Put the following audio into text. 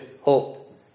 hope